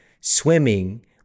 swimming